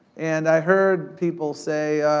and i heard people say,